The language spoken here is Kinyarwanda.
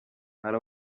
hari